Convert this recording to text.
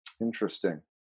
Interesting